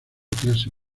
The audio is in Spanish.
clase